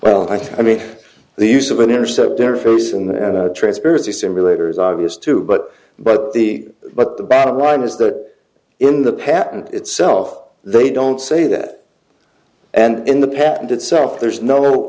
think i mean the use of an intercept their focus in the transparency simulators obvious to but but the but the bottom line is that in the patent itself they don't say that and in the patent itself there's no